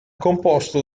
composto